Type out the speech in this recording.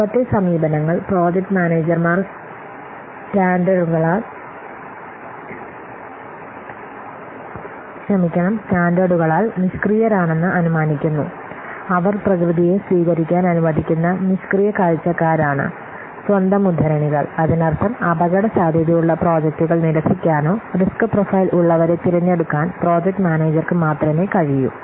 മുമ്പത്തെ സമീപനങ്ങൾ പ്രോജക്റ്റ് മാനേജർമാർ സ്റ്റാൻഡറുകളാൽ നിഷ്ക്രിയരാണെന്ന് അനുമാനിക്കുന്നു അവർ പ്രകൃതിയെ സ്വീകരിക്കാൻ അനുവദിക്കുന്ന നിഷ്ക്രിയ കാഴ്ചക്കാരാണ് സ്വന്തം ഉദ്ധരണികൾ അതിനർത്ഥം അപകടസാധ്യതയുള്ള പ്രോജക്റ്റുകൾ നിരസിക്കാനോ റിസ്ക് പ്രൊഫൈൽ ഉള്ളവരെ തിരഞ്ഞെടുക്കാൻ പ്രോജക്ട് മാനേജർക്ക് മാത്രമേ കഴിയൂ